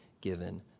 given